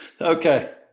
Okay